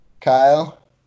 Kyle